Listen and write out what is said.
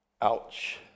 Ouch